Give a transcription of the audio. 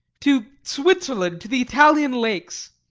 to switzerland to the italian lakes.